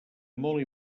molt